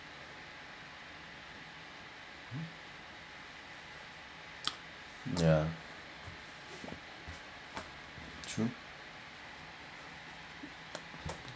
ya true